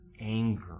anger